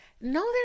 no